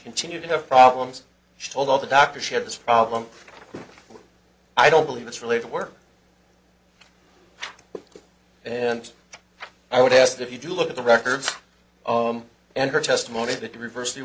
continued to have problems she told all the doctors she had this problem i don't believe it's related work and i would ask if you do look at the records of him and her testimony that you reverse the